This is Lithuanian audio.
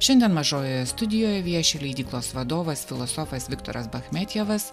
šiandien mažojoje studijoje vieši leidyklos vadovas filosofas viktoras bachmetjevas